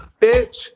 Bitch